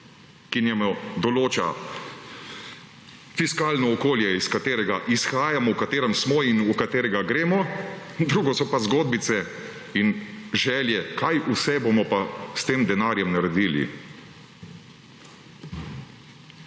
ki določa fiskalno okolje, iz katerega izhajamo, v katerem smo in v katerega gremo, drugo so pa zgodbice in želje, kaj vse bomo pa s tem denarjem naredili.